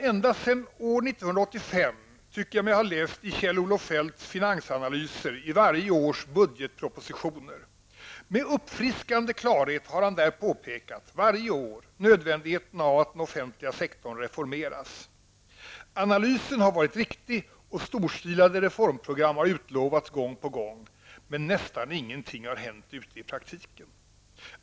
Ända sedan år 1985 har jag läst Kjell Olof Feldts finansanalyser i varje års budgetpropositioner. Med uppfriskande klarhet har han där varje år påpekat nödvändigheten av att den offentliga sektorn reformeras. Analysen har varit riktig, och storstilade reformprogram har utlovats gång på gång, men nästan ingenting har hänt i praktiken.